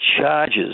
charges